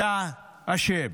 אתה אשם.